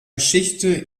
geschichte